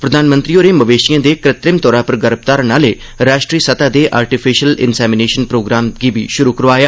प्रधानमंत्री होर मवेशिएं दे कृत्रिम तौरा पर गर्मधारण आह्ले राष्ट्री सतह दे आर्टिफिशियल इन्सेमिशन प्रोग्राम गी बी शुरु करोआया